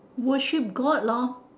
worship god lor